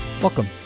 Welcome